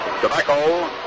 Tobacco